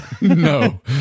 no